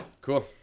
Cool